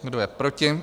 Kdo je proti?